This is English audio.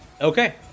Okay